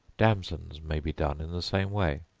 damsons may be done in the same way.